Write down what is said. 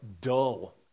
dull